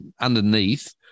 underneath